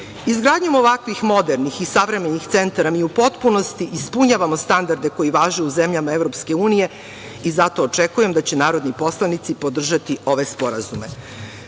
Srbiji. Izgradnjom ovakvih modernih i savremenih centara mi u potpunosti ispunjavamo standarde koji važe u zemljama EU i zato očekujem da će narodni poslanici podržati ove sporazume. Važno